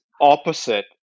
opposite